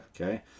Okay